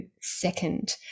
second